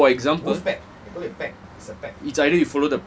no for example